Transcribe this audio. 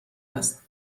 است